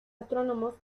astrónomos